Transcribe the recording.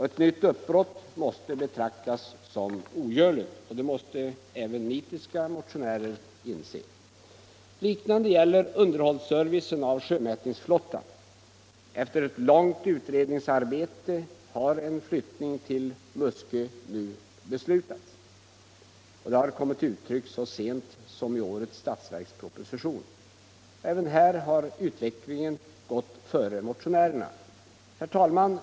Ett nytt uppbrott måste betraktas som ogörligt — det måste även nitiska motionärer inse. Detsamma gäller underhållsservicen för sjömätningsflottan. Efter ett långt utredningsarbete har en flyttning till Muskö nu beslutats. Förslag härom framlades så sent som i årets budgetproposition. Även här har utvecklingen gått före motionärerna. Herr talman!